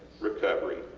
recovery,